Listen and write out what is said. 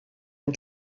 and